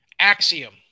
Axiom